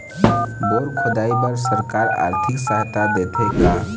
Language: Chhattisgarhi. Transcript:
बोर खोदाई बर सरकार आरथिक सहायता देथे का?